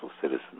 citizens